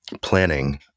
planning